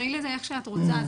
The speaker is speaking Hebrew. תקראי לזה איך שאת רוצה.